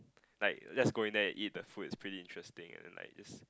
like let's going there and eat the food is pretty interesting and like it's